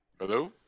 Hello